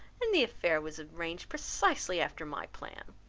and the affair was arranged precisely after my plan.